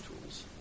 tools